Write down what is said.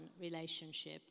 relationship